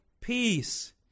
Peace